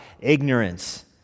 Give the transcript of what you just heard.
ignorance